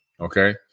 Okay